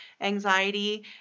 anxiety